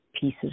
pieces